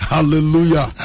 Hallelujah